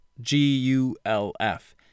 G-U-L-F